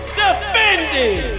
defending